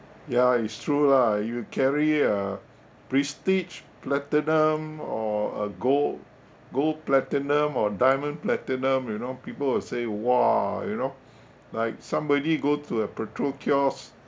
ya it's true lah you carry uh prestige platinum or a gold gold platinum or diamond platinum you know people will say !wah! you know like somebody go to a petrol kiosk